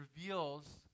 reveals